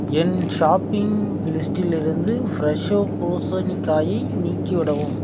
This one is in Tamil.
என் ஷாப்பிங் லிஸ்டிலிருந்து ஃப்ரெஷோ பூசணிக்காயை நீக்கி விடவும்